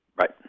right